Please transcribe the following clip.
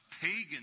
pagan